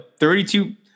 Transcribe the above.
32